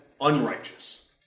unrighteous